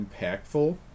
impactful